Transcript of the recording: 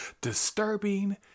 Disturbing